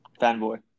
Fanboy